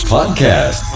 Podcast